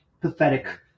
pathetic